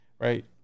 right